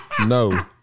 No